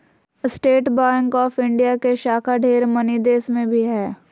state Bank of India के शाखा ढेर मनी देश मे भी हय